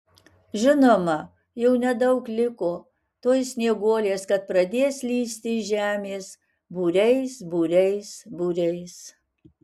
žinoma jau nedaug liko tuoj snieguolės kad pradės lįsti iš žemės būriais būriais būriais